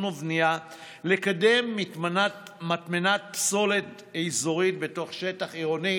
ובנייה לקדם מטמנת פסולת אזורית בתוך שטח עירוני.